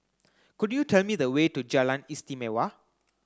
could you tell me the way to Jalan Istimewa